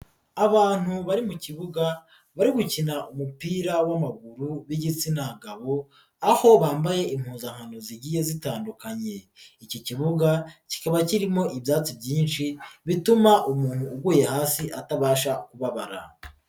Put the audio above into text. Abantu bari mu kibuga bari gukina umupira w'amaguru b'igitsina gabo aho bambaye impuzankano zigiye zitandukanye, iki kibuga kikaba kirimo ibyatsi byinshi bituma umuntu uguye hasi atabasha kubabara.